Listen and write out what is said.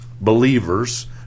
believers